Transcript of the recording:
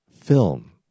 film